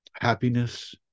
happiness